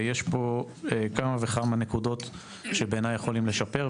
יש פה כמה וכמה נקודות שבעיניי יכולים לשפר,